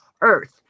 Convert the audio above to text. Earth